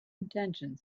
intention